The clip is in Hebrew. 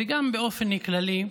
וגם באופן כללי,